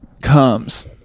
comes